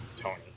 Tony